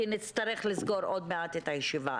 כי נצטרך לנעול את הישיבה.